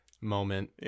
moment